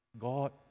God